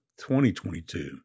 2022